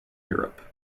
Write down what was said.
europe